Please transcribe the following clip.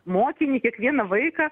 mokinį kiekvieną vaiką